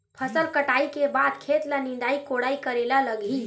फसल कटाई के बाद खेत ल निंदाई कोडाई करेला लगही?